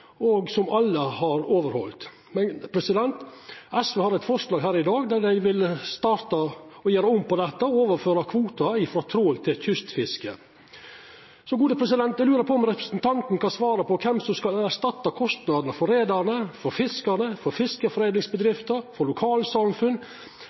og er noko som alle har retta seg etter. SV har eit forslag her i dag der dei vil starta med å gjera om på dette og overføra kvotar ifrå trål til kystfiske. Eg lurar på om representanten kan svara på kven som skal erstatta kostnadene for reiarane, for fiskarane, for